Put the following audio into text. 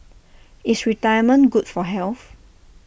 is retirement good for health